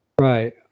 Right